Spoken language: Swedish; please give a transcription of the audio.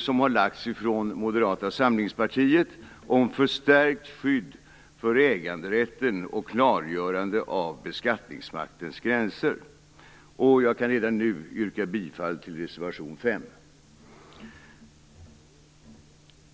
som har väckts av Moderata samlingspartiet om förstärkt skydd för äganderätten och klargörande av beskattningsmaktens gränser. Jag kan redan nu yrka bifall till reservation 5.